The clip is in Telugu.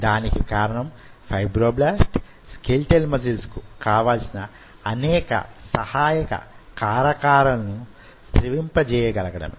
దానికి కారణం ఫైబ్రోబ్లాస్ట్ స్కెలిటల్ మజిల్స్ కు కావలసిన అనేక సహాయక కారకాలను స్రవింపజేయగలగడమే